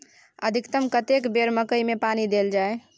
अधिकतम कतेक बेर मकई मे पानी देल जाय?